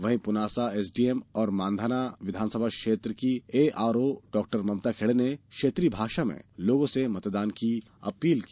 वहीं पुनासा एसडीएम और मांधाना विधानसभा क्षेत्र की एआरओ डॉ ममता खेड़े ने क्षेत्रीय भाषा में लोगों से मतदान की अपील की